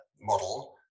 model